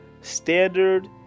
standard